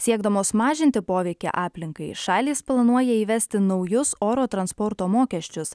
siekdamos mažinti poveikį aplinkai šalys planuoja įvesti naujus oro transporto mokesčius